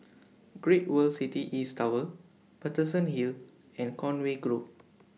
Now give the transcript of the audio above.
Great World City East Tower Paterson Hill and Conway Grove